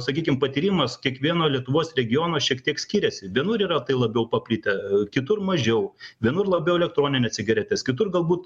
sakykim patyrimas kiekvieno lietuvos regiono šiek tiek skiriasi vienur yra tai labiau paplitę kitur mažiau vienur labiau elektroninė cigaretės kitur galbūt